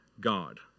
God